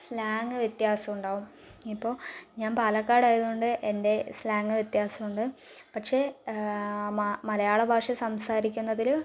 slang വ്യത്യാസം ഉണ്ടാകും ഇപ്പോൾ ഞാൻ പാലക്കാട് ആയതുകൊണ്ട് എൻ്റെ സ്ലാങ് വ്യത്യാസമുണ്ട് പക്ഷെ മ മലയാള ഭാഷ സംസാരിക്കുന്നതില്